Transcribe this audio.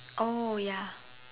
oh ya